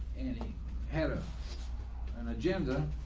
and he had ah an agenda,